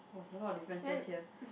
oh there's a lot of differences here